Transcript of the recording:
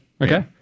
okay